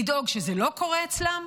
לדאוג שזה לא קורה אצלם.